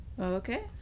Okay